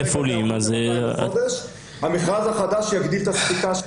עולים --- המכרז החדש יגדיל את הספיקה שלנו.